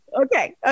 Okay